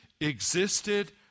existed